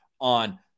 on